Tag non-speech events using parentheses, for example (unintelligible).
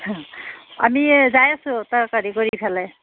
(unintelligible) আমি এ যায় আছোঁ তাৰ হেৰি কৰি ফেলে